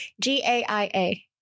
g-a-i-a